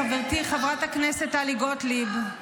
חברתי, חברת הכנסת טלי גוטליב.